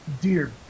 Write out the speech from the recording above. dear